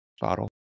bottle